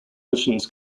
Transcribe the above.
missions